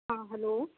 हाँ हलो